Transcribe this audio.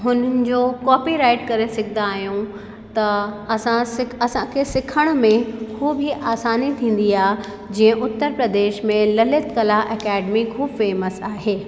हुननि जो कॉपीराइट करे सघंदा आहियूं त असां सिख असांखे सिखण में ख़ूब इहे आसानी थींदी आहे जे उत्तर प्रदेश में ललित कला अकैडमी ख़ूब फेमस आहे